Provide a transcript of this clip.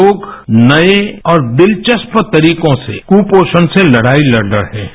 लोग नए और दिलचस्प तरीकों से कुपोषण से लड़ाई लड़ रहे हैं